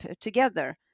together